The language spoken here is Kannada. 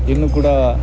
ಇನ್ನು ಕೂಡ